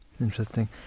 Interesting